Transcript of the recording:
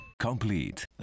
complete